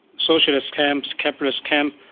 socialist camp, capitalist camp,